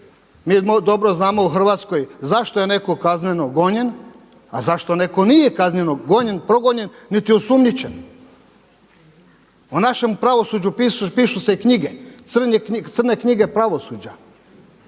Mi dobro znamo u Hrvatskoj zašto je neko kazneno gonjen, a zašto neko nije kazneno gonjen, progonjen niti osumnjičen. O našem pravosuđu pišu se knjige, crne knjige pravosuđa.